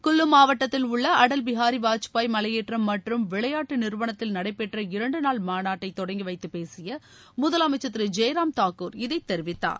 குல்லு மாவட்டத்தில் உள்ள அடல் பிஹாரி வாஜ்பாய் மலையேற்றம் மற்றும் விளையாட்டு நிறுவனத்தில் நடைபெற்ற இரண்டு நாள் மாநாட்டை தொடங்கி வைத்து பேசிய முதலமைச்சர் திரு ஜெய்ராம் தாக்கூர் இதைத் தெரிவித்தார்